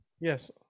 Yes